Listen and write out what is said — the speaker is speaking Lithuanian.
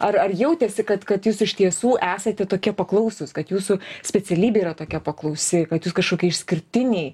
ar jautėsi kad jūs iš tiesų esate tokie paklausūs kad jūsų specialybė yra tokia paklausi kad jūs kažkokie išskirtiniai